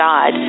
God